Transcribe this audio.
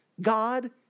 God